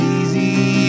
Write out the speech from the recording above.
easy